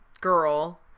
girl